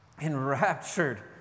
enraptured